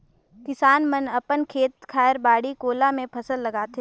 किसान मन अपन खेत खायर, बाड़ी कोला मे फसल लगाथे